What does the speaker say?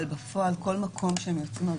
אבל בפועל כל מקום שהם יפנו,